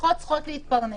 משפחות צריכות להתפרנס.